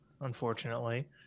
unfortunately